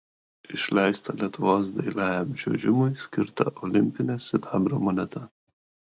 išleista lietuvos dailiajam čiuožimui skirta olimpinė sidabro moneta